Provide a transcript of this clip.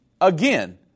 again